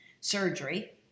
surgery